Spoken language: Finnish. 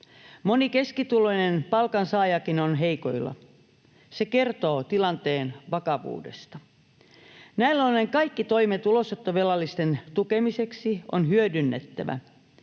Moni keskituloinen palkansaajakin on heikoilla. Se kertoo tilanteen vakavuudesta. Näin ollen kaikki toimet ulosottovelallisten tukemiseksi on hyödynnettävä.